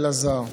אלעזר,